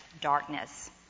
darkness